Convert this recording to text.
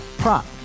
prop